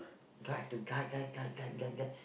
guide to guide guide guide guide guide